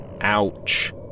Ouch